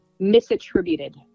Misattributed